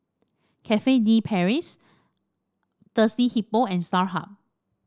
Cafe De Paris Thirsty Hippo and Starhub